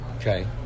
Okay